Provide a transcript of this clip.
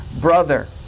brother